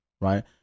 right